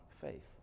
faith